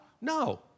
No